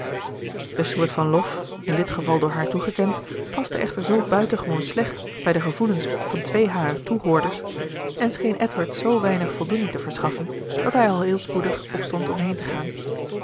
de soort van lof in dit geval door haar toegekend paste echter zoo buitengewoon slecht bij de gevoelens van twee harer toehoorders en scheen edward zoo weinig voldoening te verschaffen dat hij al heel spoedig opstond om heen te gaan